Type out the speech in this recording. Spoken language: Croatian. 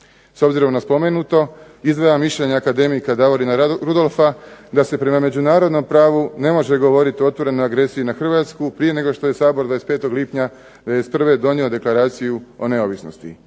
S obzirom na spomenuto izdvajam mišljenje akademika Davorina Rudolfa da se prema međunarodnom pravu ne može govoriti o otvorenoj agresiji na Hrvatsku prije nego što je Sabor 25. lipnja '91. donio Deklaraciju o neovisnosti.